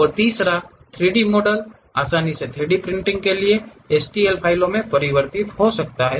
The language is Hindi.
और तीसरा 3 डी मॉडल आसानी से 3 डी प्रिंटिंग के लिए STL फाइलों में परिवर्तित हो सकता है